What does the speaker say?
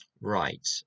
Right